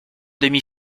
demi